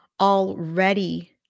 already